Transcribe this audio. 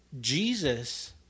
Jesus